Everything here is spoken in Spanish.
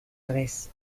tres